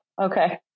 Okay